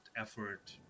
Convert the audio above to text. effort